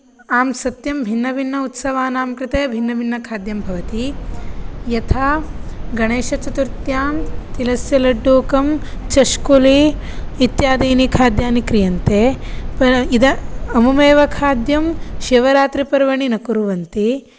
आम् सत्यं भिन्नभिन्न उत्सवानां कृते भिन्नभिन्नखाद्यं भवति यथा गणेशचतुर्थ्यां तिलस्य लड्डुकं चष्कुली इत्यादिनि खाद्यानि क्रियन्ते परम् इदा अमुमेव खाद्यं शिवरात्रिपर्वणि न कुर्वन्ति